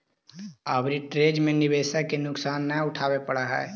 arbitrage में निवेशक के नुकसान न उठावे पड़ऽ है